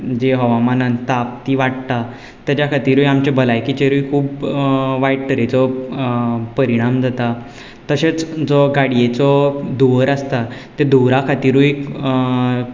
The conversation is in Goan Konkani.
जी हवामानान ताप ती वाडटा ताज्या खातिरूय आमचे भलायकीचेरूय खूब वायट तरेचो परिणाम जाता तशेंच जो गाडयेचो धुंवर आसता त्या धुंवरा खातिरूय